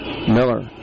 Miller